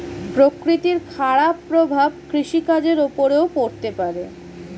প্রকৃতির খারাপ প্রভাব কৃষিকাজের উপরেও পড়তে পারে